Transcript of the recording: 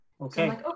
Okay